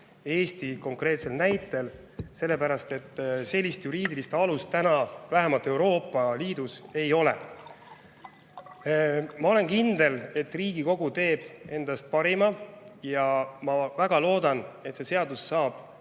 Eesti näitel. Sellepärast, et sellist juriidilist alust praegu vähemalt Euroopa Liidus ei ole. Ma olen kindel, et Riigikogu annab endast parima, ja ma väga loodan, et see seadus saab